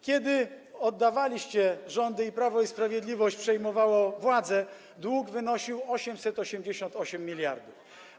Kiedy oddawaliście rządy i Prawo i Sprawiedliwość przejmowało władzę, dług wynosił 888 mld.